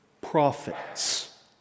prophets